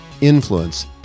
influence